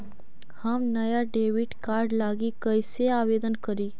हम नया debit card लागी कईसे आवेदन करी?